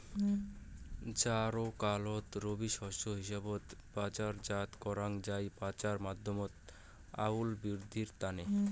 জ্বারকালত রবি শস্য হিসাবত বাজারজাত করাং যাই পচার মাধ্যমত আউয়াল বিদ্ধির তানে